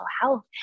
health